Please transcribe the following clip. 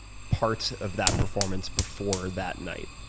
parts of that performance before that night?